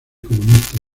comunista